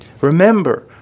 Remember